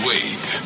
Wait